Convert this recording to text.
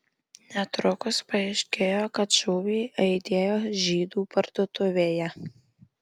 netrukus paaiškėjo kad šūviai aidėjo žydų parduotuvėje